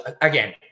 again